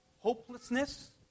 Hopelessness